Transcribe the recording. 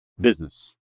business